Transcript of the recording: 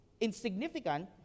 insignificant